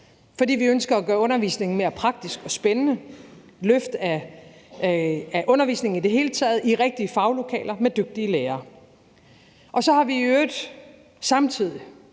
fordi vi ønsker at gøre undervisningen mere praktisk og spændende; vi ønsker et løft af undervisningen i det hele taget i rigtige faglokaler med dygtige lærere. Så har vi i øvrigt samtidig